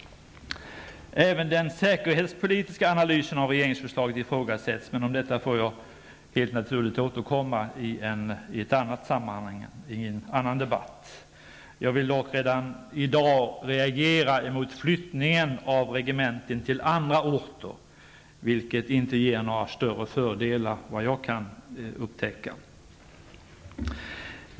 Även den säkerhetspolitiska analysen av regeringsförslaget ifrågasätts, men om detta får jag återkomma i en annan debatt. Jag vill dock redan i dag reagera mot att regementen flyttas till andra orter, vilket inte ger några större fördelar, vad jag kan upptäcka.